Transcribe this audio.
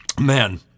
Man